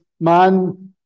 man